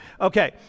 Okay